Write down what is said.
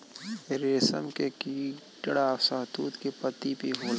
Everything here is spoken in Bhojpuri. रेशम के कीड़ा शहतूत के पत्ती पे होला